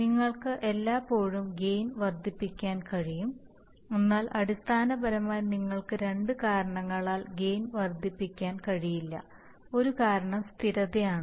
നിങ്ങൾക്ക് എല്ലായ്പ്പോഴും ഗെയിൻ വർദ്ധിപ്പിക്കാൻ കഴിയും എന്നാൽ അടിസ്ഥാനപരമായി നിങ്ങൾക്ക് രണ്ട് കാരണങ്ങളാൽ ഗെയിൻ വർദ്ധിപ്പിക്കാൻ കഴിയില്ല ഒരു കാരണം സ്ഥിരതയാണ്